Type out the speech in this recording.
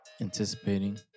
Anticipating